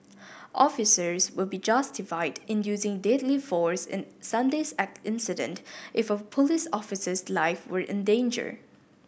officers would be justified in using deadly force in Sunday's incident if a police officer's life were in danger